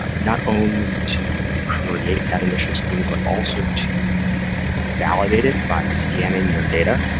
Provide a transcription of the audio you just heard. ah not only to create that initial schema, but also to validate it by scanning your data.